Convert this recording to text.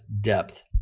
depth